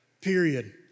period